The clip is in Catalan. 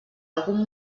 algun